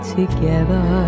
Together